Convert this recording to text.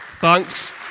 Thanks